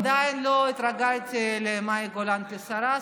עדיין לא התרגלתי למאי גולן השרה.